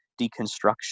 deconstruction